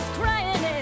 crying